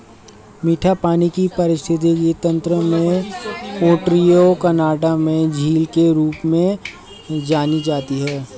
मीठे पानी का पारिस्थितिकी तंत्र में ओंटारियो कनाडा में झील के रूप में जानी जाती है